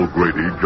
Grady